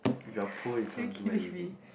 if you're poor you can't do anything